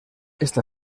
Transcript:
esta